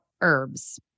herbs